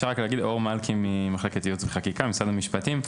ייעוץ וחקיקה, משרד המשפטים.